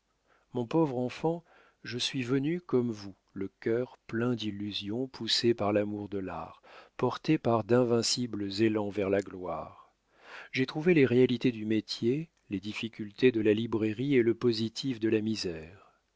mon pauvre enfant je suis venu comme vous le cœur plein d'illusions poussé par l'amour de l'art porté par d'invincibles élans vers la gloire j'ai trouvé les réalités du métier les difficultés de la librairie et le positif de la misère